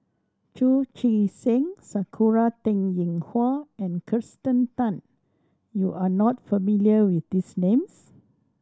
Chu Chee Seng Sakura Teng Ying Hua and Kirsten Tan you are not familiar with these names